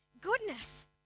goodness